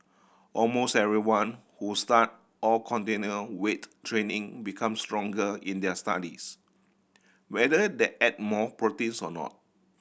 almost everyone who started or continued weight training become stronger in there studies whether they ate more proteins or not